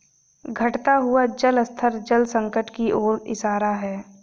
घटता हुआ जल स्तर जल संकट की ओर इशारा है